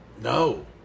no